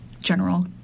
general